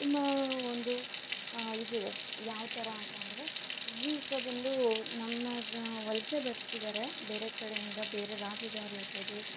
ತುಂಬ ಒಂದು ಇದಿದೆ ಯಾವ ಥರ ಅಂತಂದ್ರೆ ಈಗ ಬಂದೂ ನಮ್ಮ ವಲಸೆ ಬರ್ತಿದ್ದಾರೆ ಬೇರೆ ಕಡೆಯಿಂದ ಬೇರೆ ರಾಜ್ಯದವರಿರ್ಬೋದು